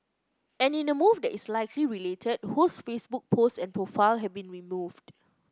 and in a move that is likely related Ho's Facebook post and profile have been removed